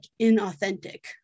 inauthentic